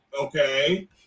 Okay